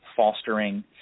fostering